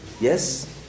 Yes